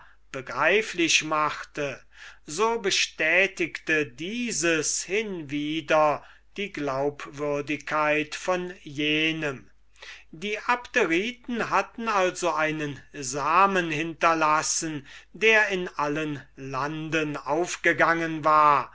begreiflich machte so bestätigte dieses hinwieder die glaubwürdigkeit von jenem die abderiten hatten also einen samen hinterlassen der in allen landen aufgegangen war